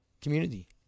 community